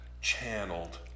channeled